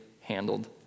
handled